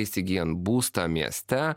įsigyjant būstą mieste